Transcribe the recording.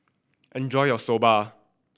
enjoy your Soba